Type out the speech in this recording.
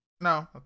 No